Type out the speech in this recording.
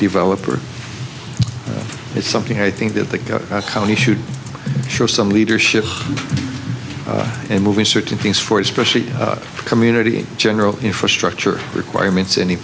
developer it's something i think that the county should show some leadership in moving certain things for especially for community general infrastructure requirements an